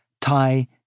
Thai